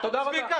הבנתי.